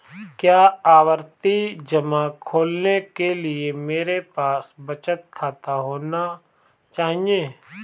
क्या आवर्ती जमा खोलने के लिए मेरे पास बचत खाता होना चाहिए?